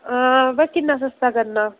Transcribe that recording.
पर किन्ना सस्ता करना